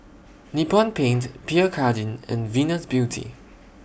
Nippon Paint Pierre Cardin and Venus Beauty